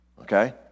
Okay